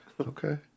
Okay